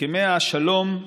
הסכמי השלום,